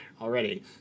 already